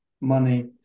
money